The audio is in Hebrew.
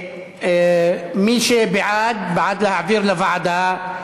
מי שבעד, בעד להעביר לוועדה.